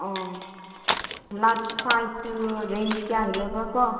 ꯑꯥ large ꯁꯥꯏꯖꯇꯨ range ꯀꯌꯥꯒꯤ ꯂꯩꯕ꯭ꯔꯥꯀꯣ